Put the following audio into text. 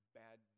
bad